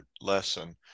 lesson